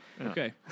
Okay